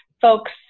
folks